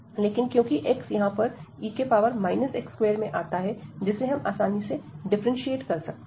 लेकिन क्योंकि x यहां पर e x2 में आता है जिसे हम आसानी से डिफरेंशिएट कर सकते हैं